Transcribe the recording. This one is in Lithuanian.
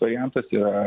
variantas yra